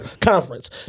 conference